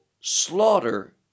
slaughter